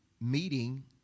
meeting